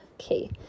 Okay